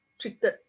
treated